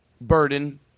Burden